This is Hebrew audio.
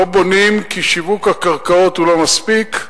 לא בונים כי שיווק הקרקעות לא מספיק.